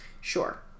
sure